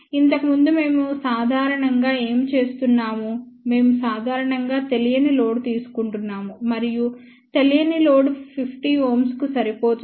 ఇంతకుముందు మేము సాధారణంగా ఏమి చేస్తున్నాము మేము సాధారణంగా తెలియని లోడ్ తీసుకుంటున్నాము మరియు తెలియని లోడ్ 50Ω కు సరిపోతుంది